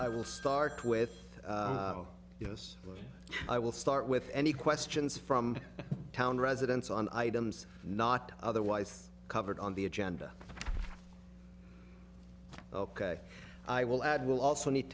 i will start with yes i will start with any questions from town residents on items not otherwise covered on the agenda ok i will add will also need